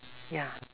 ya